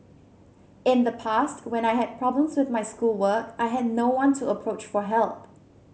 in the past when I had problems with my schoolwork I had no one to approach for help